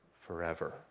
forever